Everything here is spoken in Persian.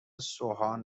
سوهان